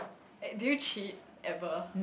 uh do you cheat ever